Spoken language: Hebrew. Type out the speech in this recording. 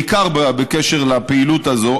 בעיקר בקשר לפעילות הזאת,